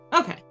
Okay